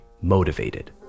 Motivated